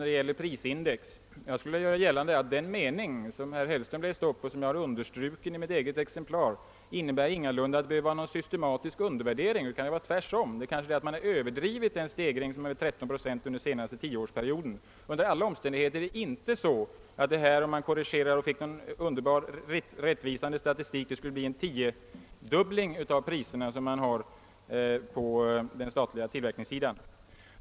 Jag skulle vilja göra gällande att den mening i koncentrationsutredningens betänkande, som herr Hellström läste upp och som är understruken i mitt eget exemplar, ingalunda innebär att det behöver vara fråga om någon systematisk undervärdering. Man kanske tvärtom - har överdrivit stegringen när man anger den till 13 procent under den senaste tioårsperioden. Under alla omständigheter är det inte så att man, om man gör korrigeringar och får fram en verkligt rättvisande statistik, skulle kunna konstatera en tiofaldig ökning av priserna, något som har skett på den statliga tillverkningssidan.